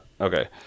okay